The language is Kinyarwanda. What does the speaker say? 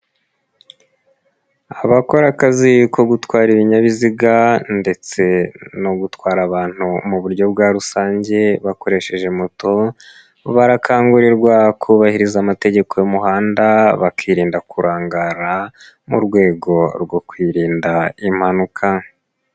Abakora akazi ko gutwara ibinyabiziga ndetse no gutwara abantu mu buryo bwa rusange bakoresheje moto, barakangurirwa kubahiriza amategeko y'umuhanda, bakirinda kurangara mu rwego rwo kwirinda impanuka..